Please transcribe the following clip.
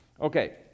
Okay